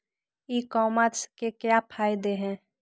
ई commerce के क्या फायदे हैं?